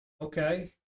Okay